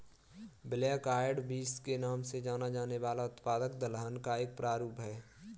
black eyed beans के नाम से जाना जाने वाला उत्पाद दलहन का एक प्रारूप है